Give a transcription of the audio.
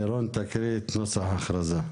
לירון תקריא את נוסח האכרזה.